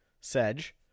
Sedge